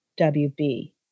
WB